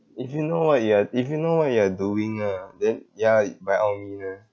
if you know what you are if you know what you are doing ah then ya by all mean ah